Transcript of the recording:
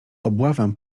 obławę